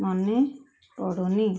ମନେ ପଡ଼ୁନି